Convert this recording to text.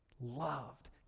Loved